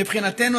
מבחינתנו,